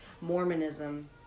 Mormonism